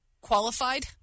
qualified